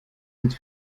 sind